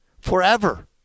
forever